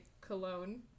cologne